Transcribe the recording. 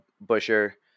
Busher